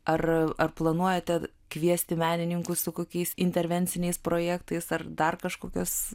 ar ar planuojate kviesti menininkus su kokiais intervenciniais projektais ar dar kažkokios